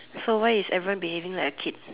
so why is everyone behaving like a kid